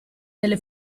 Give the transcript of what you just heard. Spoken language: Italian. delle